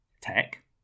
tech